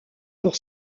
pour